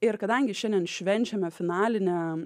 ir kadangi šiandien švenčiame finalinę